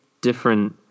different